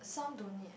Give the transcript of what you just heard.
some don't need